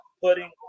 putting